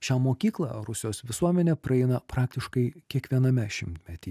šią mokyklą rusijos visuomenė praeina praktiškai kiekviename šimtmetyje